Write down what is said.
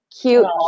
cute